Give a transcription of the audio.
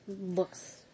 looks